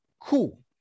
Cool